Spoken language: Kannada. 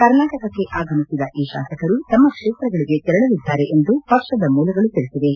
ಕರ್ನಾಟಕಕ್ಕೆ ಆಗಮಿಸಿದ ಈ ಶಾಸಕರು ತಮ್ಮ ಕ್ಷೇತ್ರಗಳಿಗೆ ತೆರಳಲಿದ್ದಾರೆ ಎಂದು ಪಕ್ಷದ ಮೂಲಗಳು ತಿಳಿಸಿವೆ